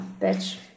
bitch